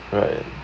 right